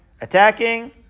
attacking